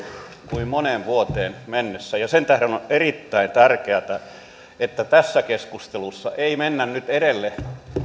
kuin moneen vuoteen ja sen tähden on erittäin tärkeätä että tässä keskustelussa ei mennä nyt edelle